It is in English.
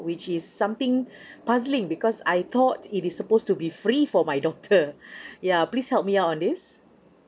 which is something puzzling because I thought it is supposed to be free for my daughter yeah please help me out on this